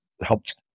helped